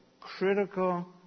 critical